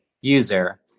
user